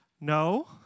No